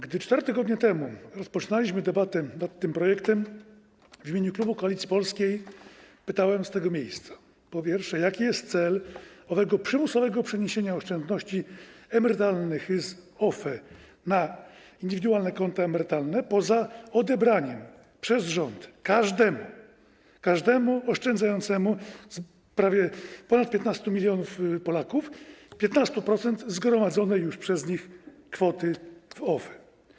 Gdy 4 tygodnie temu rozpoczynaliśmy debatę nad tym projektem, w imieniu klubu Koalicji Polskiej pytałem z tego miejsca, po pierwsze, jaki jest cel owego przymusowego przeniesienia oszczędności emerytalnych z OFE na indywidualne konta emerytalne poza odebraniem przez rząd każdemu oszczędzającemu, czyli prawie ponad 15 mln Polaków, 15% kwoty zgromadzonej już przez nich w OFE.